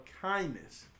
kindness